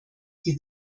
die